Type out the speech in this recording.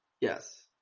Yes